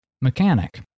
mechanic